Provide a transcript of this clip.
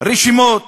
רשימות